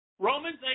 Romans